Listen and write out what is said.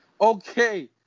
Okay